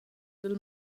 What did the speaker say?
dal